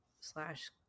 slash